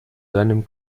deinem